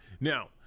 Now